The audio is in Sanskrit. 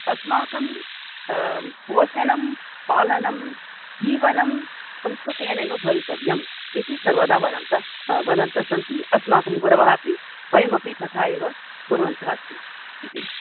अस्माकं पोषणं पालनं जीवनं संस्कृतेनैव भवितव्यम् इति सर्वदा वदन्तः वदन्तः सन्ति अस्माकं गुरवः अपि वयमपि तथा एव कुर्वन्तः स्म